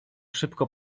szybko